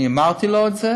אני אמרתי לו את זה